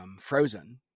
frozen